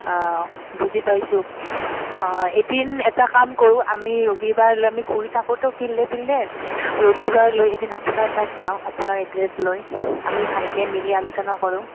অঁ বুজি পাইছোঁ অঁ এদিন এটা কাম কৰোঁ আমি ৰবিবাৰ লৈ আমি ঘূৰি থাকোতো ফিল্ডে ফিল্ডে ৰবিবাৰ লৈ এদিন আপোনাৰ তাত যাওঁ আপোনাৰ এড্ৰেছ লৈ আমি ভালকৈ মিলি আলোচনা কৰোঁ